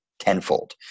tenfold